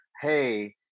hey